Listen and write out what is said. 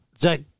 Zach